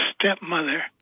stepmother